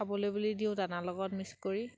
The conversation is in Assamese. খাবলৈ বুলি দিওঁ দানাৰ লগত মিক্স কৰি